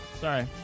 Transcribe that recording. Sorry